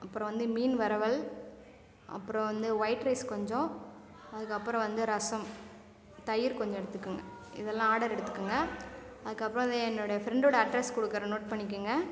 அப்பறம் வந்து மீன் வறுவல் அப்புறம் வந்து ஒயிட் ரைஸ் கொஞ்சம் அதற்கப்பறம் வந்து ரசம் தயிர் கொஞ்சம் எடுத்துக்குங்க இதெல்லாம் ஆர்டர் எடுத்துக்குங்க அதற்கப்பறம் வந்து என்னோடைய ஃப்ரெண்டோட அட்ரஸ் கொடுக்குறேன் நோட் பண்ணிக்கோங்க